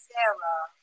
Sarah